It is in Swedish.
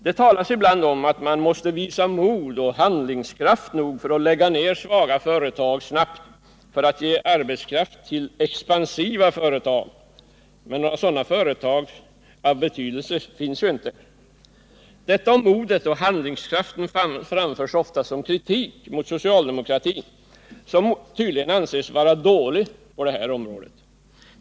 Det talas ibland om att man måste visa mod och handlingskraft nog att lägga ned svaga företag snabbt för att ge arbetskraft till expansiva företag, men några sådana av betydelse finns ju inte. Detta om modet och handlingskraften framförs ofta som kritik mot socialdemokratin som tydligen anses vara dålig i dessa avseenden.